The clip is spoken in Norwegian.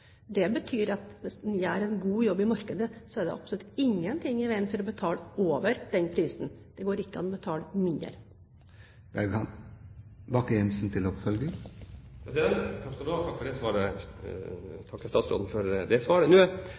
Det betyr at hvis vi gjør en god jobb i markedet, er det absolutt ingenting i veien for å betale over den prisen. Det går ikke an å betale mindre. Jeg takker statsråden for det svaret. Nå er det slik at prisfastsettelsen er institusjonell i næringen, det er jo realiteten. Jeg kjenner til at statsråden